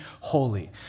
holy